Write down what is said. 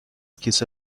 کیسه